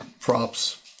props